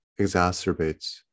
exacerbates